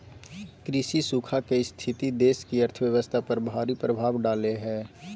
कृषि सूखा के स्थिति देश की अर्थव्यवस्था पर भारी प्रभाव डालेय हइ